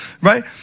Right